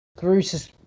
Bruce